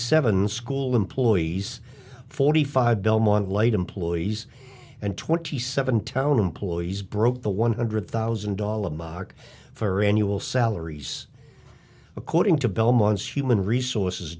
seven school employees forty five belmont light employees and twenty seven town employees broke the one hundred thousand dollars mark for annual salaries according to belmont's human resources